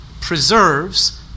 preserves